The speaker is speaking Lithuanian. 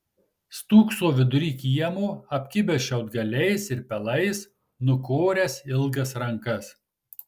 stūkso vidury kiemo apkibęs šiaudgaliais ir pelais nukoręs ilgas rankas